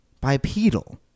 bipedal